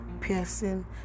piercing